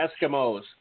Eskimos